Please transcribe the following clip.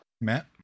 Matt